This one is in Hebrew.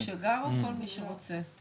אבל המכירה היא רק לזוג שגר בנכס או לכל מי שרוצה?